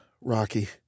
Rocky